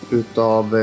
utav